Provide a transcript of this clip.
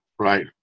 Right